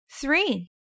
three